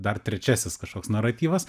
dar trečiasis kažkoks naratyvas